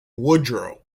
woodrow